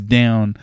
down